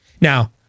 Now